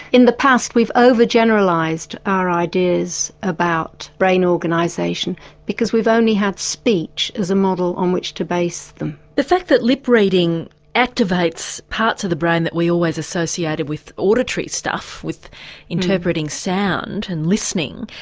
in the past we've over-generalised our ideas about brain organisation because we've only had speech as a model on which to base them. the fact that lip-reading activates parts of the brain that we always associated with auditory stuff, interpreting sound and listening,